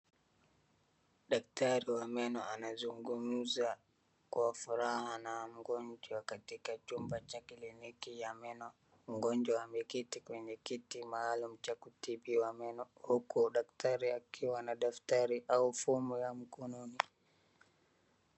Daktari wa meno anazungumza kwa furaha na mgonjwa katika chumba cha kliniki ya meno. Mgonjwa ameketi kwenye kiti maalum cha kutibiwa meno, huku daktari akiwa na daftari au fomu ya mkononi.